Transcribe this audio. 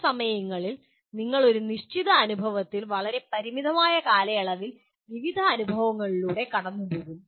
ചില സമയങ്ങളിൽ നിങ്ങൾ ഒരു നിശ്ചിത അനുഭവത്തിൽ പരിമിതമായ കാലയളവിൽ വിവിധ അനുഭവങ്ങളിലൂടെ കടന്നുപോകും